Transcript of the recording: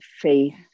faith